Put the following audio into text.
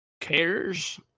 cares